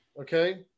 Okay